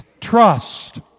trust